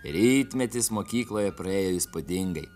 rytmetis mokykloje praėjo įspūdingai